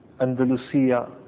Andalusia